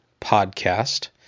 Podcast